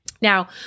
Now